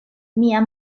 mia